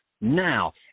now